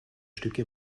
stücke